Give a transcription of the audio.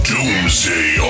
Doomsday